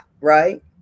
right